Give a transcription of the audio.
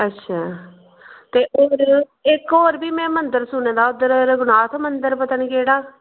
अच्छा ते होर इक होर मैं मंदर सुने दा रघुनाथ मंदर पता नेईं केह्ड़ा